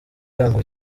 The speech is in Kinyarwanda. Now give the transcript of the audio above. irangwa